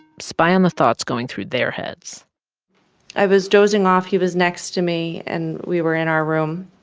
spy on the thoughts going through their heads i was dozing off. he was next to me. and we were in our room.